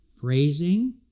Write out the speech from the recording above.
praising